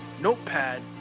notepad